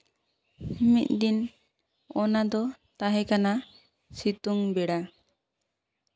ᱢᱤᱫ ᱫᱤᱱ ᱚᱱᱟᱫᱚ ᱛᱟᱦᱮᱸᱠᱟᱱᱟ ᱥᱤᱛᱩᱝ ᱵᱮᱲᱟ